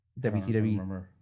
WCW